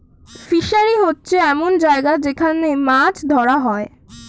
fishery হচ্ছে এমন জায়গা যেখান মাছ ধরা হয়